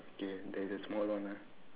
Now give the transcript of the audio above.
okay there is a small one ah